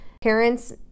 parents